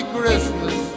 Christmas